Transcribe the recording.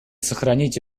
сохранить